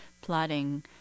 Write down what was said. plotting